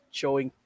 showing